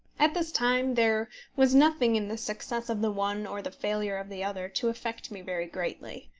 at this time there was nothing in the success of the one or the failure of the other to affect me very greatly.